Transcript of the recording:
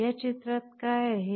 या चित्रात काय आहे